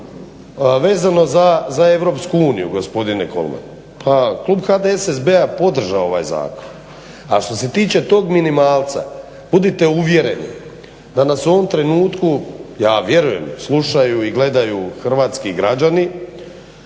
vezano za Europsku uniju gospodine Kolman, pa klub HDSSB-a je podržao ovaj zakon, a što se tiče tog minimalca budite uvjereni da nas u ovom trenutku, ja vjerujem, slušaju i gledaju hrvatski građani